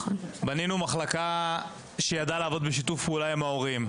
בנינו מחלקה שידעה לעבוד בשיתוף פעולה עם ההורים,